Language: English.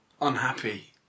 Unhappy